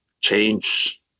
change